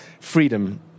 freedom